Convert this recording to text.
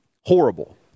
horrible